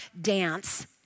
dance